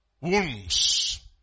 Wounds